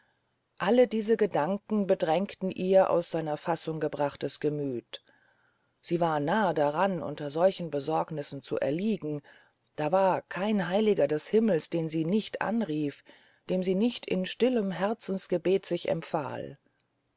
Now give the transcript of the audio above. alle diese gedanken bedrängten ihr aus seiner fassung gebrachtes gemüth sie war nahe daran unter solchen besorgnissen zu erliegen da war kein heiliger des himmels den sie nicht anrief dem sie nicht in stillem herzensgebet sich empfahl